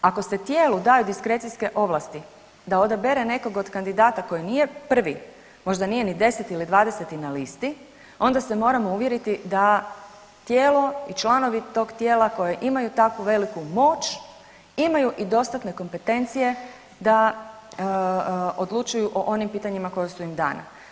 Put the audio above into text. Ako se tijelu daje diskrecijske ovlasti da odabere nekog od kandidata koji nije prvi, možda nije ni 10 ili 20 na listi onda se moramo uvjeriti da tijelo i članovi tog tijela koji imaju takvu veliku moć imaju i dostatne kompetencije da odlučuju o onim pitanjima koja su im dana.